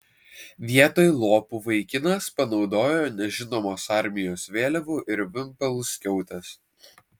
vietoj lopų vaikinas panaudojo nežinomos armijos vėliavų ir vimpelų skiautes